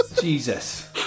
Jesus